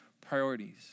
priorities